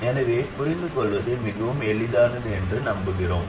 எனவே புரிந்துகொள்வது மிகவும் எளிதானது என்று நம்புகிறேன்